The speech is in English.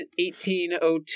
1802